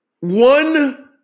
one